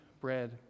bread